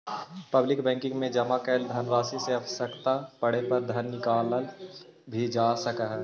public banking में जमा कैल धनराशि से आवश्यकता पड़े पर धन निकालल भी जा सकऽ हइ